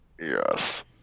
Yes